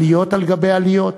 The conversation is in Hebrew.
עליות על גבי עליות.